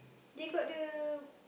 they got the